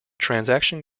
transaction